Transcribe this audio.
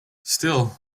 still